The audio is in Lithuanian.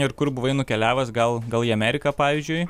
ir kur buvai nukeliavęs gal gal į ameriką pavyzdžiui